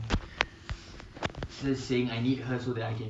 so they were exchanging vows and stuff right